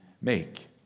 make